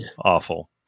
awful